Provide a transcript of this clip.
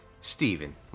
Stephen